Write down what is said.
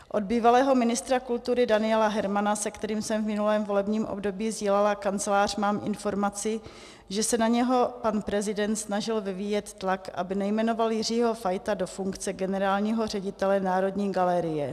Od bývalého ministra kultury Daniela Hermana, se kterým jsem v minulém volebním období sdílela kancelář, mám informaci, že se na něho pan prezident snažil vyvíjet tlak, aby nejmenoval Jiřího Fajta do funkce generálního ředitele Národní galerie.